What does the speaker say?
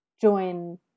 join